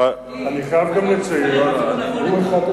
לעבור מדי יום דרך מחסום